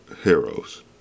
heroes